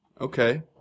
Okay